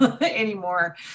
anymore